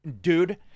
dude